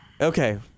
Okay